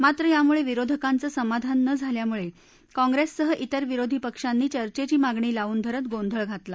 मात्र यामुळक्विरोधकांचं समाधान न झाल्यामुळक्विंग्रस्के तिर विरोधी पक्षांनी चर्चेची मागणी लावून धरत गोंधळ घातला